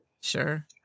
Sure